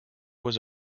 was